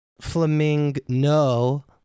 Flamingo